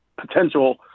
potential